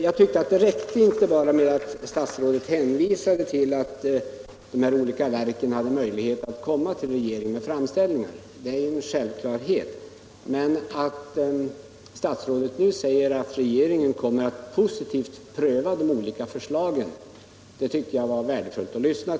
Jag tyckte att det inte räckte med att, som statsrådet gjorde, hänvisa till att olika verk har möjlighet att göra framställningar till regeringen. Det är en självklarhet. Men nu sade statsrådet också att regeringen kommer att positivt pröva de olika förslagen, och det tyckte jag var värdefullt att höra.